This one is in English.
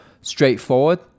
straightforward